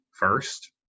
first